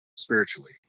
spiritually